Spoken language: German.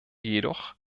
jedoch